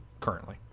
currently